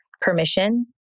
permission